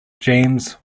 james